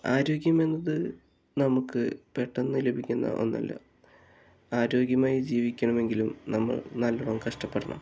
ആരോഗ്യം എന്നത് നമുക്ക് പെട്ടെന്ന് ലഭിക്കുന്ന ഒന്നല്ല ആരോഗ്യമായി ജീവിക്കണമെങ്കിലും നമ്മൾ നല്ലോണം കഷ്ട്ടപ്പെടണം